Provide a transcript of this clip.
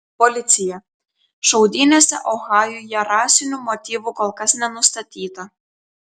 policija šaudynėse ohajuje rasinių motyvų kol kas nenustatyta